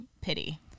pity